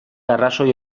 arrazoi